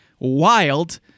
wild